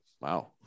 Wow